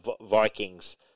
Vikings